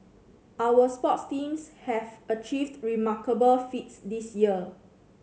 our sports teams have achieved remarkable feats this year